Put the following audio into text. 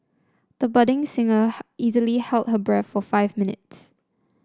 the budding singer easily held her breath for five minutes